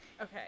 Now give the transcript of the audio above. Okay